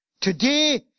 Today